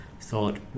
thought